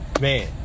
Man